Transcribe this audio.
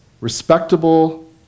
respectable